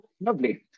Lovely